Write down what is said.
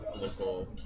local